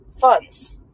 funds